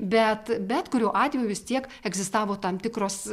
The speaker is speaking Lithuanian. bet bet kuriuo atveju vis tiek egzistavo tam tikros